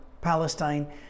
Palestine